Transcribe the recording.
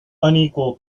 unequal